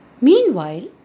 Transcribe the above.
Meanwhile